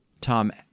tom